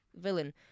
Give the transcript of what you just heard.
villain